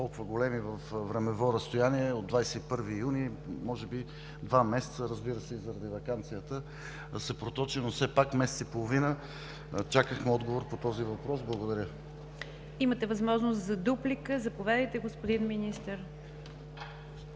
Имате възможност за дуплика – заповядайте, господин Министър!